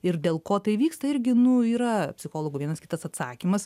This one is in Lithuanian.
ir dėl ko tai vyksta irgi nu yra psichologų vienas kitas atsakymas